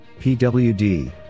PWD